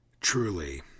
Truly